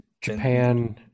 Japan